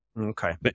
Okay